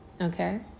Okay